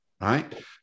Right